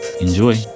enjoy